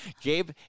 Gabe